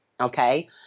Okay